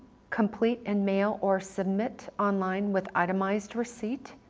complete and mail or submit online with itemized receipt,